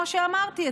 כמו שאמרתי,